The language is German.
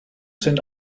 sind